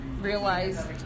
realized